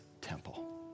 temple